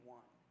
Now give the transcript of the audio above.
one